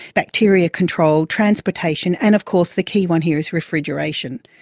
bacteria control, transportation and of course the key one here is refrigeration.